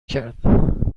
کرد